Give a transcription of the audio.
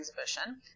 exhibition